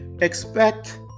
expect